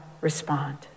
respond